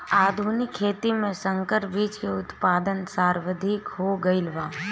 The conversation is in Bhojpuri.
आधुनिक खेती में संकर बीज के उत्पादन सर्वाधिक हो गईल बा